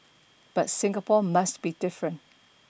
but Singapore must be different